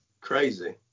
crazy